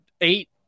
eight